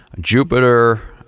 Jupiter